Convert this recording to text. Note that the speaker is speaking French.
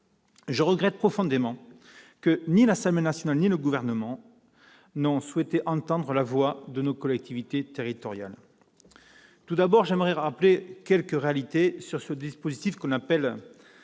Je regrette profondément que ni l'Assemblée nationale ni le Gouvernement n'aient souhaité entendre la voix de nos collectivités territoriales. Tout d'abord, j'aimerais rappeler quelques réalités sur ce dispositif que l'on appelle la «